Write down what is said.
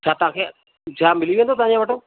छा तव्हांखे छा मिली वेंदो तव्हांजे वटो